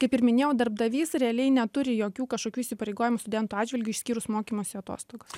kaip ir minėjau darbdavys realiai neturi jokių kažkokių įsipareigojimų studentų atžvilgiu išskyrus mokymosi atostogas